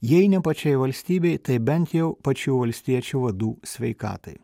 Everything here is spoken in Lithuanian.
jei ne pačiai valstybei tai bent jau pačių valstiečių vadų sveikatai